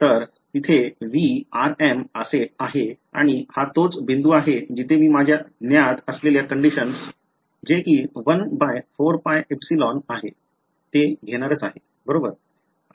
तर तिथे V असे आणि हा तोच बिंदू आहे जिथे मी माझ्या ज्ञात असलेल्या कंडिशन्स जे कि 14πε आहे ते घेणारच आहे बरोबर